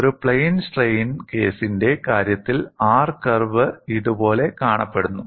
ഒരു plane strain കേസിന്റെ കാര്യത്തിൽ R കർവ് ഇത് പോലെ കാണപ്പെടുന്നു